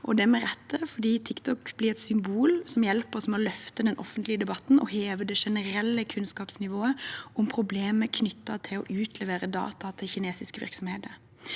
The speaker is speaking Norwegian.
det med rette, for TikTok blir et symbol som hjelper oss med å løfte den offentlige debatten og heve det generelle kunnskapsnivået om problemer knyttet til å utlevere data til kinesiske virksomheter.